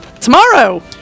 tomorrow